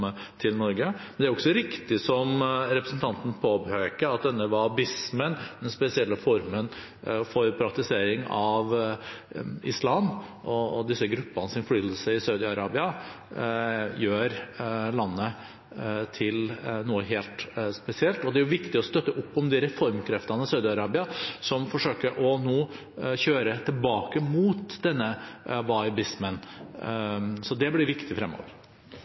til Norge. Men det er også riktig – som representanten påpeker – at wahabismen, den spesielle formen for praktisering av islam, og disse gruppenes innflytelse i Saudi-Arabia gjør landet til noe helt spesielt. Det er viktig å støtte opp om de reformkreftene i Saudi-Arabia som nå forsøker å kjøre tilbake mot wahabismen. Det blir viktig fremover.